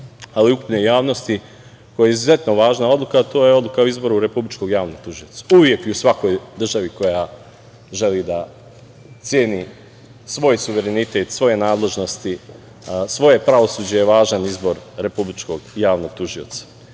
ali i ukupne javnosti, koja je izuzetno važna odluka, a to je odluka o izboru Republičkog javnog tužioca. Uvek i u svakoj državi koja želi da ceni svoj suverenitet, svoje nadležnosti, svoje pravosuđe je važan izbor Republičkog javnog tužioca